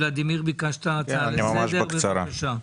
ולדימיר, ביקשת הצעה-לסדר, בבקשה.